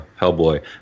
Hellboy